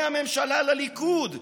מהממשלה לליכוד,